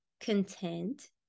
content